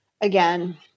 again